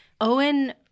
Owen